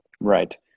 Right